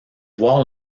voir